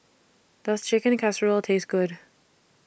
Does Chicken Casserole Taste Good